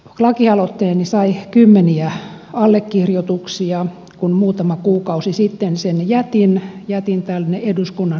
lakialoitteeni sai kymmeniä allekirjoituksia kun muutama kuukausi sitten sen jätin tänne eduskunnan hallintoon